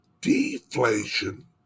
deflation